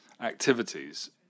activities